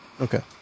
Okay